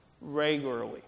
regularly